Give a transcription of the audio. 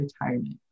retirement